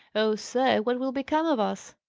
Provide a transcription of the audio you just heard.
oh, sir, what will become of us?